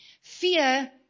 Fear